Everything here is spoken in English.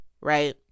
right